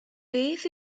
beth